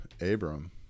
Abram